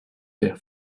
their